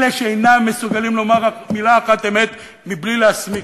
אלה שאינם מסוגלים לומר מילה אחת אמת בלי להסמיק.